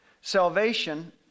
salvation